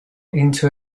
into